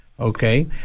Okay